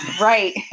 Right